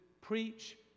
preach